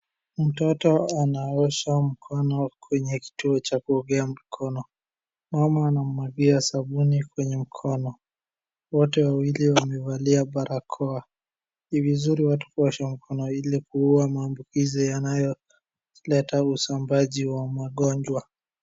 Mtoto anaosha mkono kwenye kituo cha kuogea mkono. Mama anamumwagia sabuni kwenye mkono. Wote wawili wamevalia barakoa. Ni vizuri watu kuosha mkono ili kuua maambukizi yanayoleta usambaaji wa magonjwa.